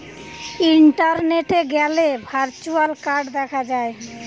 ইন্টারনেটে গ্যালে virtual card দেখা যায়